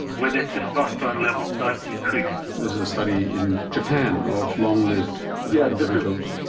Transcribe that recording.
where their testosterone levels don't decrease. this is a study in japan of long lived yeah individuals.